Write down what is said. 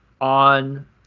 on